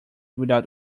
without